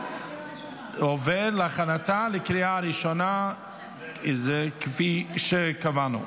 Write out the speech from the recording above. --- עובר להכנתה לקריאה הראשונה כפי שקבענו.